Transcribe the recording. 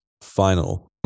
Final